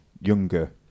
younger